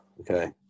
Okay